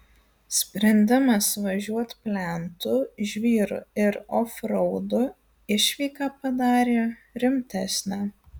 sprendimas važiuot plentu žvyru ir ofraudu išvyką padarė rimtesnę